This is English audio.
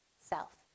self